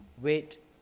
wait